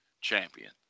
champion